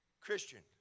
Christian